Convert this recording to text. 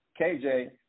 KJ